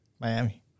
Miami